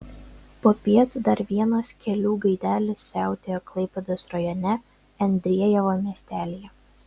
popiet dar vienas kelių gaidelis siautėjo klaipėdos rajone endriejavo miestelyje